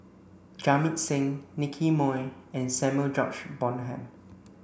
Jamit Singh Nicky Moey and Samuel George Bonham